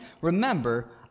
remember